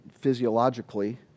physiologically